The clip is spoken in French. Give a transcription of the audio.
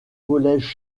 collège